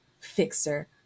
fixer